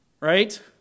right